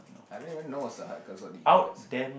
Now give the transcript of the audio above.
I don't even know what's the hard cards cause of the easy cards